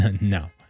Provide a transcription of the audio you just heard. no